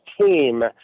team